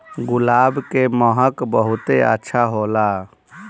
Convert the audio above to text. गुलाब के महक बहुते अच्छा होला